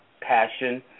passion